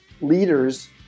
leaders